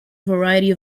variety